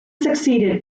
succeeded